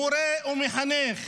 מורה ומחנך